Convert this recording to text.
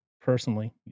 personally